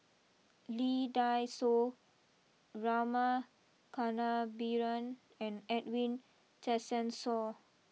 Lee Dai Soh Rama Kannabiran and Edwin Tessensohn